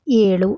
ಏಳು